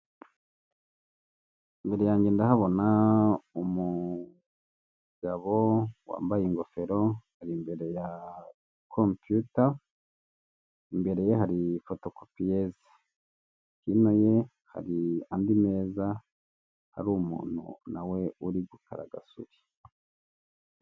Mbere yanjye ndahabona umugabo wambaye ingofero ari imbere ya computer imbere ye hari ifoto kopiesekima ye hari andi meza hari umuntu nawe uri gukaraga suri.